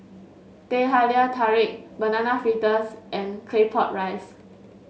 Teh Halia Tarik Banana Fritters and Claypot Rice